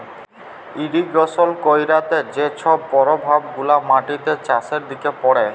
irrigation ক্যইরতে যে ছব পরভাব গুলা মাটিতে, চাষের দিকে পড়ে